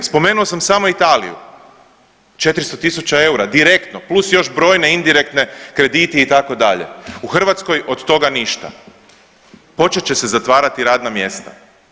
Spomenuo sam samo Italiju, 400 tisuća eura direktno plus još brojne indirektne kredite itd., u Hrvatskoj od toga ništa, počet će se zatvarati radna mjesta.